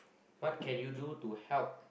what can you do to help